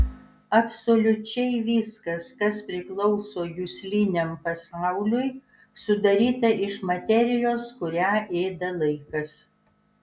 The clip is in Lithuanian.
absoliučiai viskas kas priklauso jusliniam pasauliui sudaryta iš materijos kurią ėda laikas